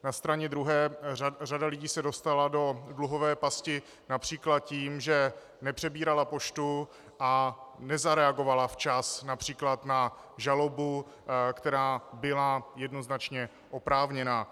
Na straně druhé řada lidí se dostala do dluhové pasti například tím, že nepřebírala poštu a nezareagovala včas například na žalobu, která byla jednoznačně oprávněná.